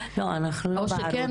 או שכן,